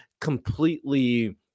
completely